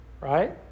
right